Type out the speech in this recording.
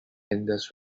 indus